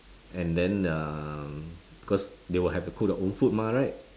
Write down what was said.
and then um cause they will have to cook their own food mah right